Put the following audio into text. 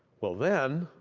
well, then,